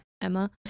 Emma